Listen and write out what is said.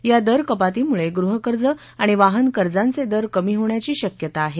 या दरकपातीमुळे गृहकर्ज आणि वाहन कर्जाचे दर कमी होण्याची शक्यता आहे